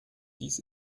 dies